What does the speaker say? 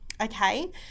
Okay